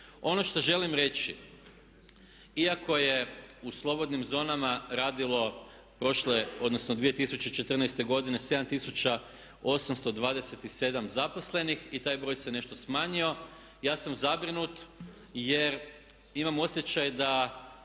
Ono što želim reći, iako je u slobodnim zonama radilo prošle odnosno 2014. godine 7827 zaposlenih i taj broj se nešto smanjio. Ja sam zabrinut jer imam osjećaj da